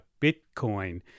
Bitcoin